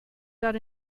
got